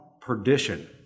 perdition